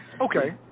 Okay